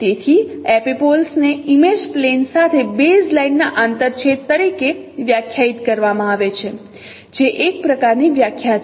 તેથી એપિપોલ્સ ને image plane સાથે બેઝલાઇન ના આંતરછેદ તરીકે વ્યાખ્યાયિત કરવામાં આવે છે જે એક પ્રકારની વ્યાખ્યા છે